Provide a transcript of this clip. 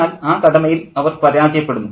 എന്നാൽ ആ കടമയിൽ അവർ പരാജയപ്പെടുന്നു